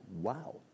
wow